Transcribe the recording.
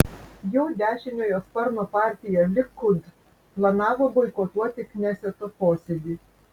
jo dešiniojo sparno partija likud planavo boikotuoti kneseto posėdį